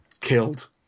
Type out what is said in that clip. killed